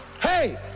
hey